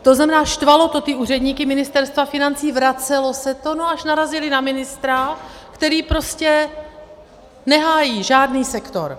To znamená, štvalo to ty úředníky Ministerstva financí, vracelo se to, až narazili na ministra, který prostě nehájí žádný sektor.